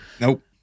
Nope